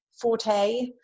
forte